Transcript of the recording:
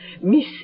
Miss